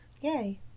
Yay